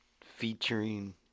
featuring